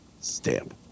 Stamp